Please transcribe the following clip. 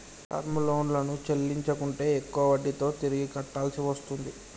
term లోన్లను చెల్లించకుంటే ఎక్కువ వడ్డీతో తిరిగి కట్టాల్సి వస్తుంది